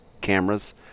cameras